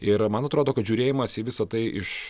ir man atrodo kad žiūrėjimas į visa tai iš